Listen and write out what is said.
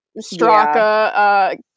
Straka